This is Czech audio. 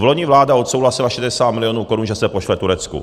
Vloni vláda odsouhlasila 60 milionů korun, že se pošle Turecku.